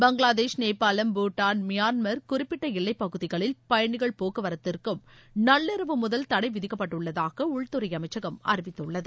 பங்களாதேஷ் நேபாளம் பூட்டான் மியான்மர் குறிப்பிட்டஎல்லைப்பகுதிகளில் பயணிகள் போக்குவரத்திற்கும் நள்ளிரவு முதல் தடைவிதிக்கப்பட்டுள்ளதாகஉள்துறைஅமைச்சகம் அறிவித்துள்ளது